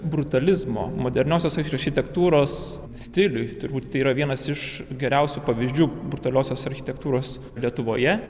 brutalizmo moderniosios architektūros stiliui turbūt yra vienas iš geriausių pavyzdžių brutaliosios architektūros lietuvoje